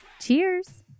Cheers